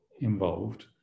involved